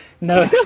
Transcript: No